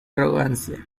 arrogancia